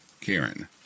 Karen